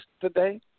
today